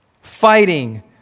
fighting